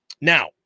Now